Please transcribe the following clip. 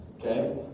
Okay